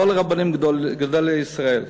לא לרבנים גדולי ישראל.